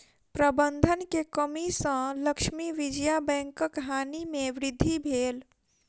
प्रबंधन के कमी सॅ लक्ष्मी विजया बैंकक हानि में वृद्धि भेल